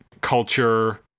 culture